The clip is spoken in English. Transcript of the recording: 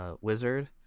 wizard